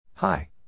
Hi